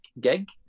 gig